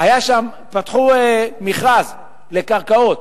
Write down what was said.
פתחו מכרז לקרקעות,